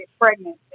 pregnant